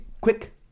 Quick